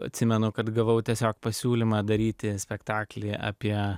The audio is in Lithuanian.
atsimenu kad gavau tiesiog pasiūlymą daryti spektaklį apie